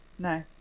No